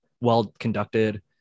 well-conducted